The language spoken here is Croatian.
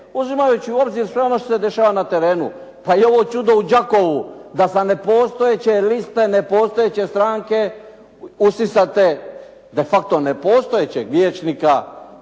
uzimajući u obzir sve ono što se dešava na terenu, pa i ovo čudo u Đakovu da sa nepostojeće liste nepostojeće stranke usisate de facto nepostojećeg vijećnika